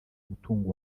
umutungo